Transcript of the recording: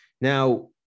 Now